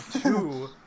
two